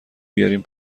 بیارین